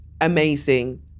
amazing